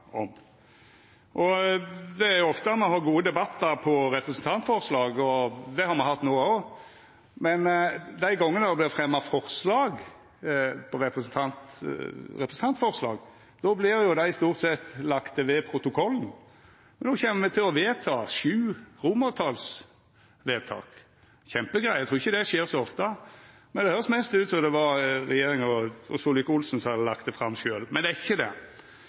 og eit frå Arbeidarpartiet – og komiteen har arbeidd seg fram til noko som me står samla om. Det er jo ofte me har gode debattar om representantforslag, og det har me hatt no òg. Men dei gongene det vert fremja representantforslag, vert dei stort sett lagde ved protokollen. No kjem me til å vedta sju romertalsforslag – ei kjempegreie, eg trur ikkje det skjer så ofte. Men det høyrdest mest ut som om det